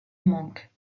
manque